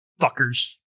Fuckers